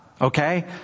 Okay